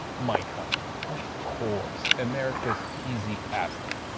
mike huckabee. of course. america's cheesy pastor.